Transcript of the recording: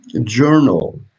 journal